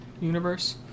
Universe